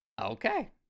Okay